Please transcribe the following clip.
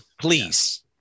please